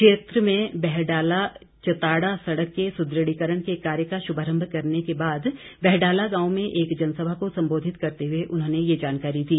क्षेत्र में बहडाला चताड़ा सड़क के सुदृढ़ीकरण के कार्य का शुभारंभ करने के बाद बहडाला गांव में एक जनसभा को संबोधित करते हुए उन्होंने ये जानकारी दी